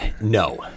No